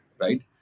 right